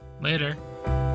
Later